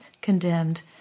condemned